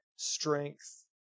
Strength